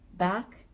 back